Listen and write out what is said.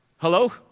Hello